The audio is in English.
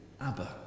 Abba